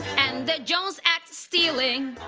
and that jones act stealing